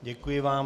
Děkuji vám.